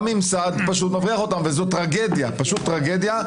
מדובר בטרגדיה.